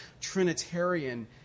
Trinitarian